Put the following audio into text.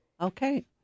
Okay